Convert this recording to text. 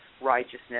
righteousness